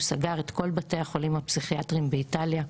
הוא סגר את כל בתי החולים הפסיכיאטרים באיטליה,